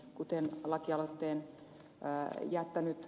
kuten lakialoitteen jättänyt ed